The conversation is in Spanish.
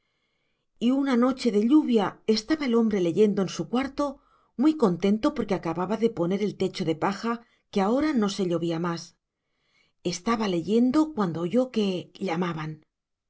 y una noche de lluvia estaba el hombre leyendo en su cuarto muy contento porque acababa de componer el techo de paja que ahora no se llovía más estaba leyendo cuando oyó que llamaban